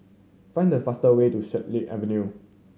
find the fastest way to Swan Lake Avenue